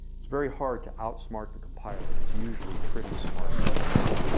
it's very hard to outsmart the compiler. it's usually pretty smarter about stuff,